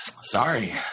Sorry